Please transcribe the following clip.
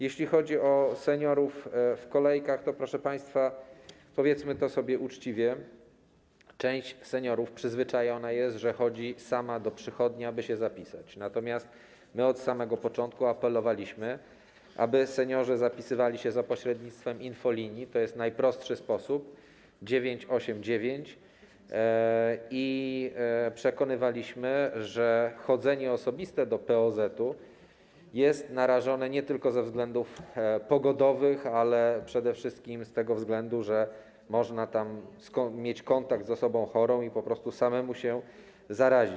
Jeśli chodzi o seniorów w kolejkach, to, proszę państwa, powiedzmy to sobie uczciwie, część seniorów przyzwyczajona jest, że chodzi sama do przychodni, aby się zapisać, natomiast my od samego początku apelowaliśmy, aby seniorzy zapisywali się za pośrednictwem infolinii, to jest najprostszy sposób, pod numerem 989, i przekonywaliśmy, że chodzenie do POZ-u jest narażaniem się nie tylko ze względów pogodowych, ale przede wszystkim ze względu na to, że można tam mieć kontakt z osobą chorą i po prostu samemu się zarazić.